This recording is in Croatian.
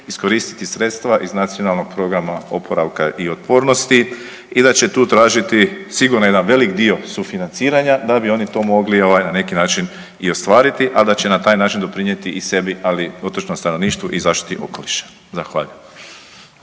iskoristiti sredstva iz Nacionalnog programa oporavka i otpornost i da će tu tražiti sigurno jedan veliki dio sufinanciranja da bi oni to mogli ovaj na neki način i ostvariti, a da će na taj način doprinijeti i sebi ali i otočnom stanovništvu i zaštiti okoliša. Zahvaljujem.